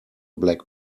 black